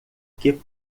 que